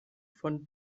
von